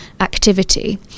activity